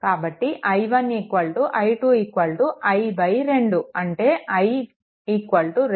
కాబట్టి i1 i2 i2 అంటే i 2i1 2i2